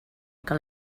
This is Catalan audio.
que